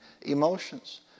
emotions